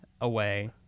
away